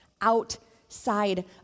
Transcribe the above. outside